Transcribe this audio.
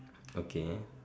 okay